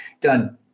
done